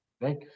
Right